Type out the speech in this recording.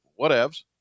whatevs